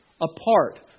apart